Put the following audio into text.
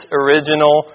original